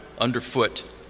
underfoot